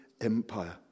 Empire